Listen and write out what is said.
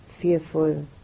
fearful